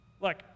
Look